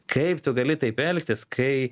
kaip tu gali taip elgtis kai